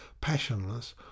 passionless